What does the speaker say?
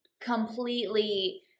completely